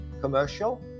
commercial